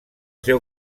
seu